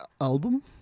album